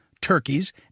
turkeys